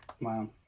Wow